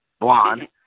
blonde